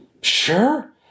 Sure